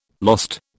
Lost